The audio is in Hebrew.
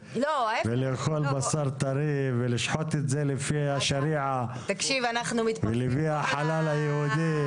לאכול בשר טרי ולשחוט את זה לפי השריעה ולפי החלל היהודי.